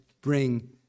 bring